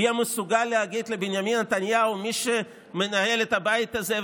יהיה מסוגל להגיד לבנימין נתניהו: מי שמנהל את הבית הזה,